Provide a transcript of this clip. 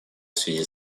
связи